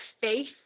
faith